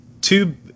two